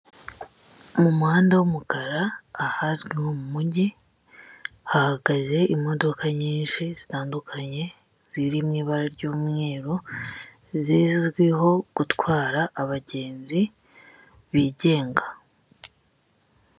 Mu muhanda w'umukara ahazwi nko mu mujyi hahagaze imodoka nyinshi zitandukanye ziri mu ibara ry'umweru zizwiho gutwara abagenzi bigenga.